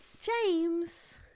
James